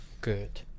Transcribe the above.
good